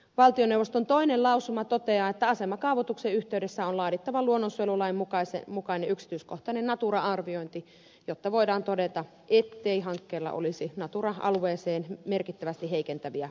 valtioneuvoston toinen lausuma toteaa että asemakaavoituksen yhteydessä on laadittava luonnonsuojelulain mukainen yksityiskohtainen natura arviointi jotta voidaan todeta ettei hankkeella olisi natura alueeseen merkittävästi heikentäviä vaikutuksia